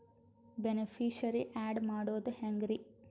Beneficiary, add ಮಾಡೋದು ಹೆಂಗ್ರಿ?